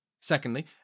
Secondly